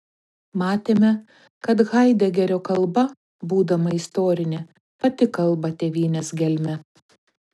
matėme kad haidegerio kalba būdama istorinė pati kalba tėvynės gelme